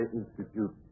institute